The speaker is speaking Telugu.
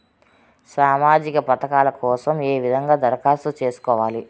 సామాజిక పథకాల కోసం ఏ విధంగా దరఖాస్తు సేసుకోవాలి